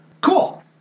Cool